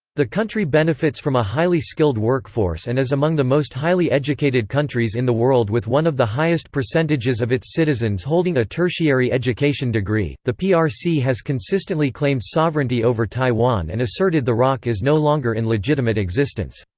the country benefits from a highly skilled workforce and is among the most highly educated countries in the world with one of the highest percentages of its citizens holding a tertiary education degree the prc ah has consistently claimed sovereignty over taiwan and asserted the roc is no longer in legitimate existence.